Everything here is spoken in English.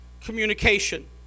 communication